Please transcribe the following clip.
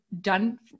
done